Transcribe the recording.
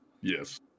Yes